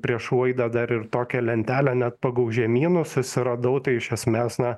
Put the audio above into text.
prieš laidą dar ir tokią lentelę net pagal žemynus susiradau tai iš esmės na